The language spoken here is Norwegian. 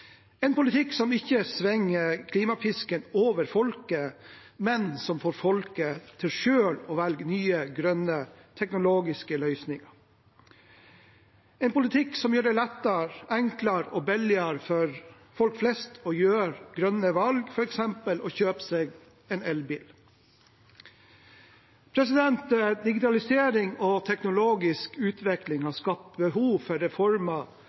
en politikk som ikke svinger klimapisken over folket, men som får folket til selv å velge nye, grønne teknologiske løsninger. Det er en politikk som gjør det lettere, enklere og billigere for folk flest å ta grønne valg, som f.eks. å kjøpe seg elbil. Digitalisering og teknologisk utvikling har skapt behov for reformer